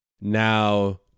now